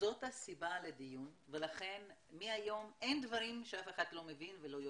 זאת הסיבה לדיון ולכן מהיום אין דברים שאף אחד לא מבין ולא יודע.